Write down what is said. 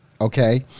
Okay